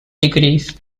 degrees